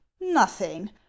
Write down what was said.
Nothing